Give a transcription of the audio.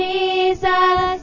Jesus